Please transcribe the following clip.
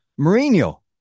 Mourinho